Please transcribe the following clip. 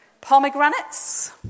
Pomegranates